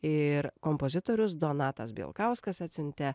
ir kompozitorius donatas bielkauskas atsiuntė